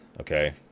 okay